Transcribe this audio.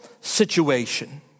situation